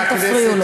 אל תפריעו לו.